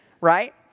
right